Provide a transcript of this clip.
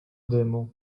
dymu